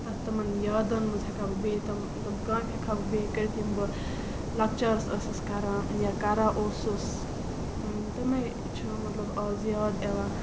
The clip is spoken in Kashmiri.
تَتھ تِمَن یادَن منٛز ہٮ۪کہٕ ہا بہٕ بیٚیہِ تِم تِم کامہِ ہٮ۪کہٕ ہا بہٕ بیٚیہِ کٔرِتھ یِم بہٕ لۄکچارَس ٲسٕس کران یا کران اوسُس تِمَے چھِ مےٚ مطلب آز یاد یِوان